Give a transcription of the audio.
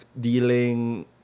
dealing